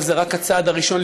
אבל זה רק הצעד הראשון.